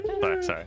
sorry